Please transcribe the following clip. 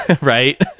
Right